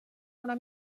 una